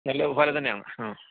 നല്ല പാൽ തന്നെയാണ് ആ